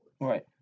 Right